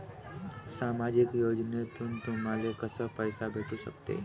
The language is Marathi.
सामाजिक योजनेतून तुम्हाले कसा पैसा भेटू सकते?